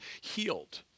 healed